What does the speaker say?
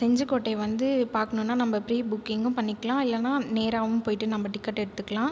செஞ்சிக்கோட்டை வந்து பார்க்கணுன்னா நம்ப ப்ரீ புக்கிங்கும் பண்ணிக்கலாம் இல்லைனா நேராகவும் போயிட்டு நம்ப டிக்கெட் எடுத்துக்கலாம்